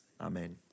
Amen